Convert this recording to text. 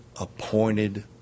appointed